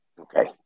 Okay